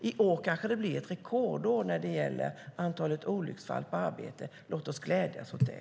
I år kanske det blir ett rekordår när det gäller få olycksfall på arbetsplatserna. Låt oss glädjas åt det.